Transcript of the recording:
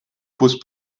pose